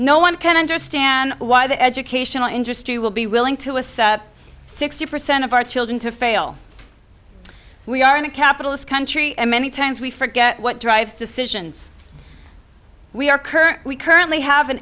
no one can understand why the educational industry will be willing to assume sixty percent of our children to fail we are in a capitalist country and many times we forget what drives decisions we are current we currently have an